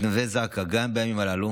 מתנדבי זק"א, גם בימים הללו,